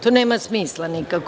To nema smisla nikakvog.